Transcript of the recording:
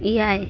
ᱮᱭᱟᱭ